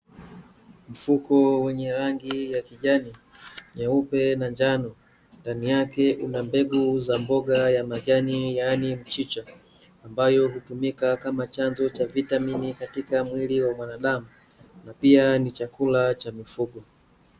Mfuko wenye rangi ya kijani, nyeupe na njano, ndani yake una mbegu za mboga ya majani yaani mchicha, ambayo hutumika kama chanzo cha vitamini katika mwili wa mwanadamu, na pia ni chakula cha mifugo.